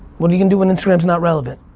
what are you gonna do when instagram's not relevant?